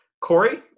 Corey